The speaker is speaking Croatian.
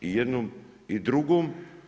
I jednom i drugom.